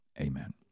Amen